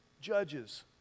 judges